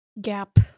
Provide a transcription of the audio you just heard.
gap